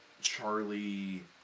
Charlie